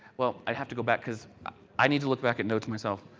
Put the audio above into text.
well, i have to go back because i need to look back at notes myself,